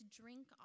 drink